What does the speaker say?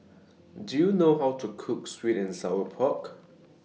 Do YOU know How to Cook Sweet and Sour Pork